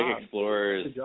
explorers